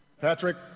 Patrick